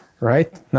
right